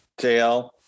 JL